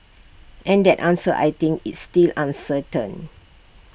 and that answer I think is still uncertain